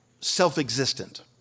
self-existent